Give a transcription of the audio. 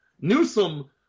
Newsom